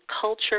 culture